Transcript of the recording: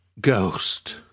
Ghost